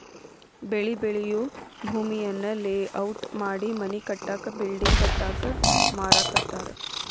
ಬೆಳಿ ಬೆಳಿಯೂ ಭೂಮಿಯನ್ನ ಲೇಔಟ್ ಮಾಡಿ ಮನಿ ಕಟ್ಟಾಕ ಬಿಲ್ಡಿಂಗ್ ಕಟ್ಟಾಕ ಮಾರಾಕತ್ತಾರ